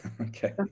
okay